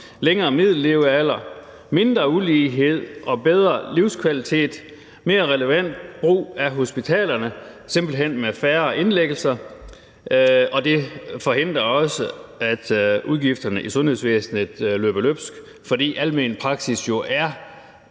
længere middellevealder, mindre ulighed og bedre livskvalitet, en mere relevant brug af hospitalerne med simpelt hen færre indlæggelser. Og det forhindrer også, at udgifterne i sundhedsvæsenet løber løbsk, fordi almen praksis jo er